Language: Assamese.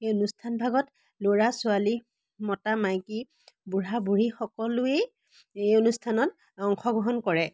এই অনুষ্ঠান ভাগত ল'ৰা ছোৱালী মতা মাইকী বুঢ়া বুঢ়ী সকলোৱেই এই অনুষ্ঠানত অংশগ্ৰহণ কৰে